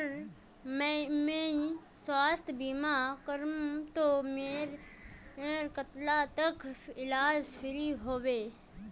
अगर मुई स्वास्थ्य बीमा करूम ते मोर कतेक तक इलाज फ्री होबे?